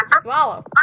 swallow